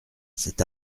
cet